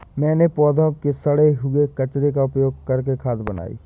मैंने पौधों के सड़े हुए कचरे का उपयोग करके खाद बनाई